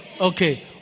Okay